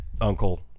uncle